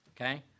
Okay